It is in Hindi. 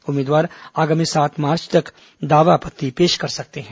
उम्मीदवार आगामी सात मार्च तक दावा आपत्ति पेश कर सकते हैं